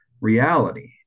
reality